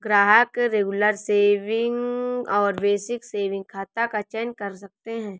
ग्राहक regular saving और basic saving खाता का चयन कर सकते है